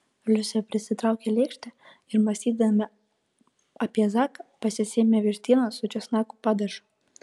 liusė prisitraukė lėkštę ir mąstydama apie zaką pasisėmė vištienos su česnakų padažu